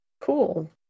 cool